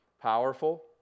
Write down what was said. powerful